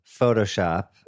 Photoshop